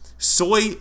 Soy